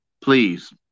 please